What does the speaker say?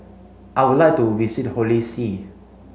I would like to visit Holy See